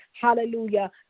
Hallelujah